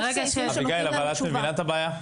את מבינה את הבעיה?